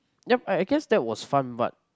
yup I I guess that was fun but